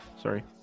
Sorry